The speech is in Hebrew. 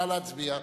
נא להצביע.